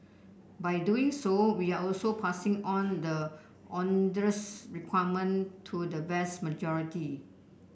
by doing so we are also passing on the onerous requirement to the vast majority